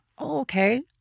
okay